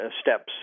steps